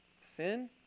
sin